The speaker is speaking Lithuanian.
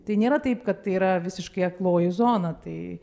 tai nėra taip kad tai yra visiškai akloji zona tai